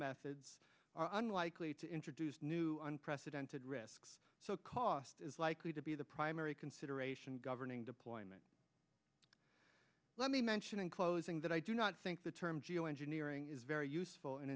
methods are unlikely to introduce new unprecedented risks so cost is likely to be the primary consideration governing deployment let me mention in closing that i do not think the term geo engineering is very useful